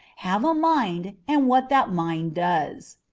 have a mind, and what that mind does.